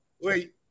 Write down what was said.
Wait